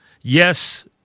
Yes